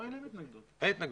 אין התנגדות.